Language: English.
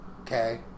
Okay